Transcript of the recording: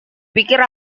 pikir